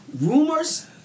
Rumors